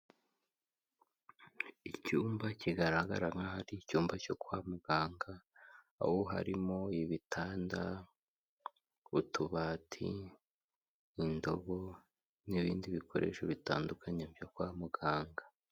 Icyumba kigaragara nk'aho ari icyumba cyo kwa muganga, aho harimo ibitanda, utubati, indobo n'ibindi bikoresho bitandukanye byo kwa muganga.